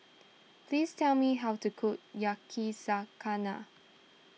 please tell me how to cook Yakizakana